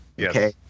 Okay